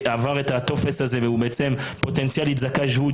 זאת ההוכחה שצריך את הוועדה הזאת.